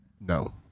No